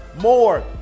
more